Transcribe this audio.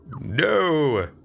No